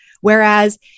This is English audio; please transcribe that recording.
Whereas